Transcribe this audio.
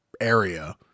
area